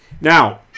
Now